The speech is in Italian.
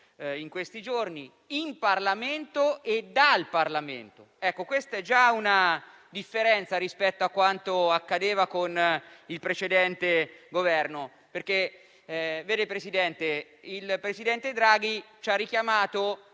in questi giorni, in Parlamento e dal Parlamento. Ecco, questa è già una differenza rispetto a quanto accadeva con il precedente Governo. Vede, signor Presidente, il presidente Draghi ci ha richiamato